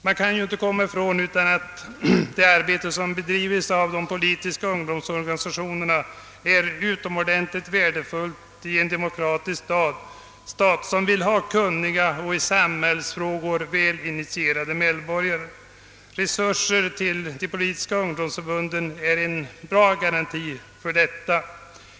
Man kan ju inte komma ifrån att det arbete som bedrivs av de politiska ungdomsorganisationerna är utomordentligt värdefullt i en demokratisk stat som vill ha kunniga och i samhällsfrågor väl initierade medborgare. Tillräckliga resurser till de politiska ungdomsorganisationerna är en bra garanti för det.